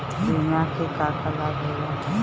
बिमा के का का लाभ होला?